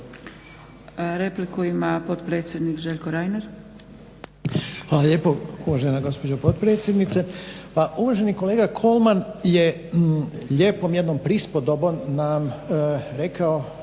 Reiner. **Reiner, Željko (HDZ)** Hvala lijepo uvažena gospođo potpredsjednice. Pa uvaženi kolega Kolman je lijepom jednom prispodobom nam rekao